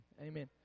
Amen